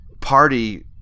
party